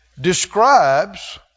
describes